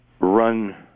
Run